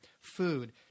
food